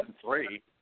three